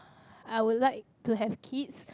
I would like to have kids